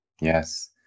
Yes